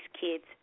kids